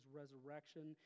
resurrection